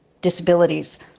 disabilities